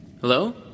Hello